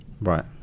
right